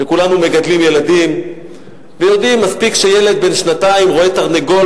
כולנו מגדלים ילדים ויודעים שמספיק שילד בן שנתיים רואה תרנגול